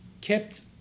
kept